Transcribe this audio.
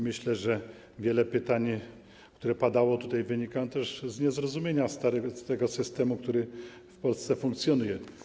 Myślę, że wiele pytań, które padały tutaj, wynikało też z niezrozumienia tego systemu, który w Polsce funkcjonuje.